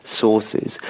sources